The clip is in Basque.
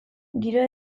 giro